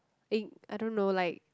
eh I don't know like